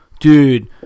Dude